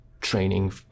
training